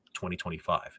2025